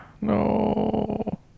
no